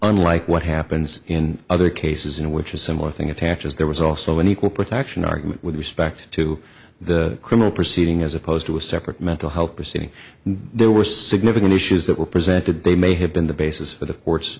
unlike what happens in other cases in which a similar thing attaches there was also an equal protection argument with respect to the criminal proceeding as opposed to a separate mental health proceeding and there were significant issues that were presented they may have been the basis for the